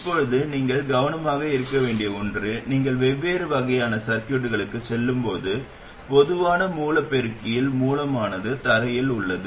இப்போது நீங்கள் கவனமாக இருக்க வேண்டிய ஒன்று நீங்கள் வெவ்வேறு வகையான சர்கியூட்களுக்குச் செல்லும்போது பொதுவான மூல பெருக்கியில் மூலமானது தரையில் உள்ளது